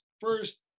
first